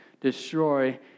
destroy